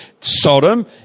Sodom